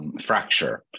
fracture